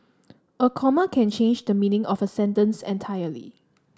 a comma can change the meaning of a sentence entirely